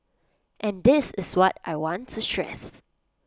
and this is what I want to